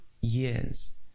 years